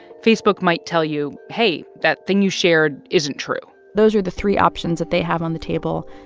facebook might tell you, hey, that thing you shared isn't true those are the three options that they have on the table,